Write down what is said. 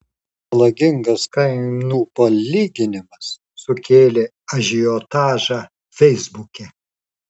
melagingas kainų palyginimas sukėlė ažiotažą feisbuke